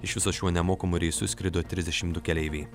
iš viso šiuo nemokamu reisu skrido trisdešimt du keleiviai